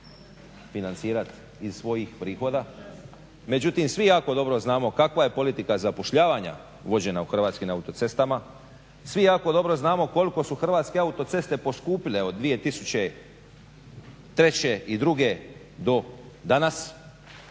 financirati iz svojih prihoda. Međutim, svi jako dobro znamo kakva je politika zapošljavanja uvođena u Hrvatskim autocestama, svi jako dobro znamo koliko su Hrvatske autoceste poskupile od 2003. i 2002. do danas.